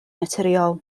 naturiol